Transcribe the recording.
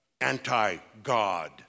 anti-God